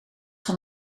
van